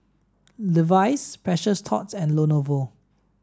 Levi's Precious Thots and Lenovo